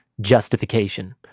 justification